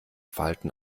verhalten